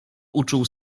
uczuł